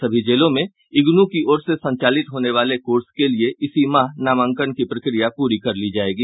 सभी जेलों में इग्नू की ओर से संचालित होने वाले कोर्स के लिये इसी माह नामांकन की प्रक्रिया पूरी कर ली जायेगी